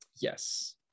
Yes